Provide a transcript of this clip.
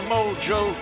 Mojo